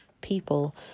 people